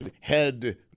head